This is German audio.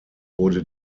wurde